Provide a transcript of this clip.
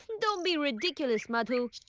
don't be ridiculous, madhu.